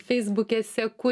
feisbuke seku